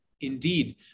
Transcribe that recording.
indeed